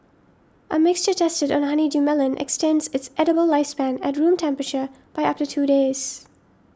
a mixture tested on a honeydew melon extended its edible lifespan at room temperature by up to two days